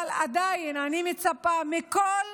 אבל עדיין אני מצפה מכל